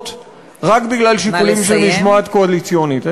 רק בגלל שיקולים של משמעת קואליציונית.